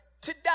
today